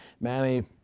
Manny